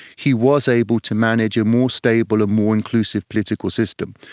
he was able to manage a more stable, more inclusive political system.